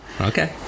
Okay